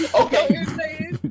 Okay